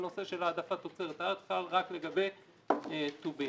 והנושא של העדפת תוצרת הארץ חל רק לגבי טובין.